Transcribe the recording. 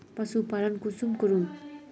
पशुपालन कुंसम करूम?